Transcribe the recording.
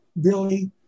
Billy